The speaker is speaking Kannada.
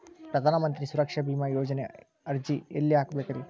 ಪ್ರಧಾನ ಮಂತ್ರಿ ಸುರಕ್ಷಾ ಭೇಮಾ ಯೋಜನೆ ಅರ್ಜಿ ಎಲ್ಲಿ ಹಾಕಬೇಕ್ರಿ?